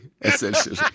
essentially